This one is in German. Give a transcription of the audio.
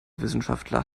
wissenschaftler